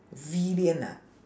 villain ah